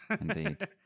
Indeed